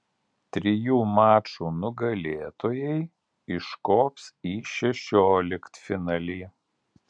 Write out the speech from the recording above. trijų mačų nugalėtojai iškops į šešioliktfinalį